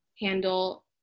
handle